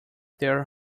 their